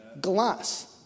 glass